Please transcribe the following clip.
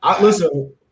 listen